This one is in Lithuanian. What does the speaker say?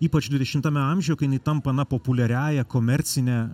ypač dvidešimtame amžiuje kai jinai tampa na populiariąja komercine